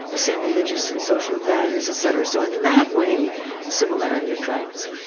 same religious and social values etc. so in that way similarity attracts.